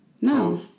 No